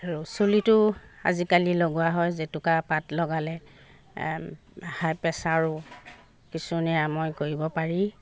আৰু চুলিতো আজিকালি লগোৱা হয় জেতুকা পাত লগালে হাই প্ৰেচাৰো কিছু নিৰাময় কৰিব পাৰিব